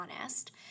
honest